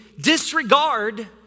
disregard